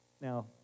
Now